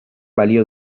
balio